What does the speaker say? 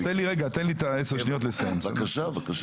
בבקשה.